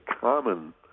common